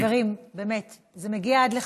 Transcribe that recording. חברים, באמת, זה מגיע עד לכאן.